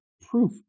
proof